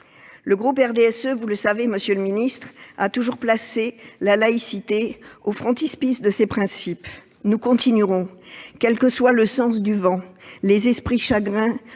Le groupe du RDSE, vous le savez, monsieur le ministre, a toujours placé la laïcité au frontispice de ses principes. Nous continuerons, quels que soient le sens du vent, les esprits chagrins